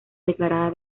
declarada